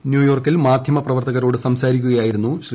ന്യൂയോർക്കിൽ മാധ്യമപ്രവർത്തകരോട് സംസാരിക്കുകയായിരുന്നു ശ്രീ